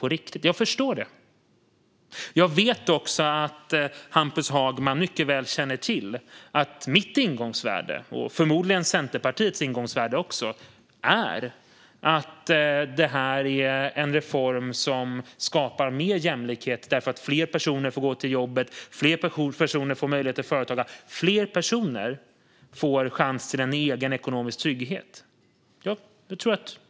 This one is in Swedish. Jag förstår detta. Jag vet också att Hampus Hagman mycket väl känner till att mitt, och förmodligen även Centerpartiets, ingångsvärde är att detta är en reform som skapar mer jämlikhet eftersom fler personer får gå till jobbet, fler får möjlighet till företagande och fler får chans till egen ekonomisk trygghet.